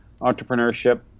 entrepreneurship